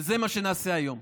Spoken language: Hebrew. וזה מה שנעשה היום.